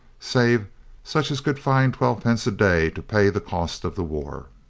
save such as could find twelve pence a day to pay the cost of the war.